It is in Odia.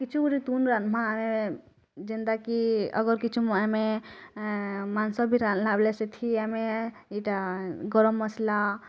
କିଛି ଗୋଟେ ତୁନ ରାନ୍ଧବା ଆଃ ଯେନ୍ତା କି ଅଗର୍ କିଛୁ ଆମେ ମାଂସ ବି ରାନ୍ଧିଲାବେଳେ ସେଠି ଆମେ ଇଟା ଗରମ୍ ମସଲା